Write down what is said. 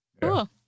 Cool